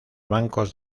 bancos